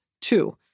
Two